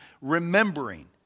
remembering